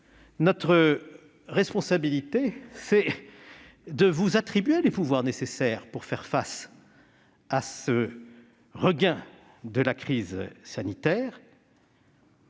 notre responsabilité, c'est de vous attribuer les pouvoirs nécessaires pour faire face à ce regain de la crise sanitaire,